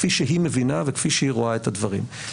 כפי שהיא מבינה וכפי שהיא רואה את הדברים.